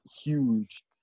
huge